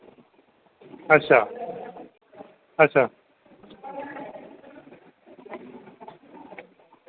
अच्छा अच्छा